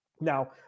Now